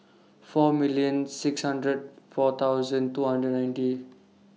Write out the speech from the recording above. four million six hundred four thousand two hundred ninety